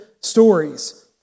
stories